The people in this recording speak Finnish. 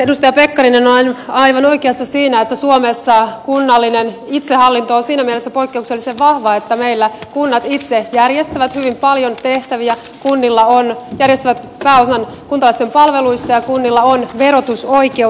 edustaja pekkarinen on aivan oikeassa siinä että suomessa kunnallinen itsehallinto on siinä mielessä poikkeuksellisen vahva että meillä kunnat itse järjestävät hyvin paljon tehtäviä järjestävät pääosan kuntalaisten palveluista ja kunnilla on verotusoikeus